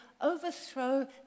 overthrow